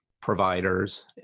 providers